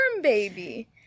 baby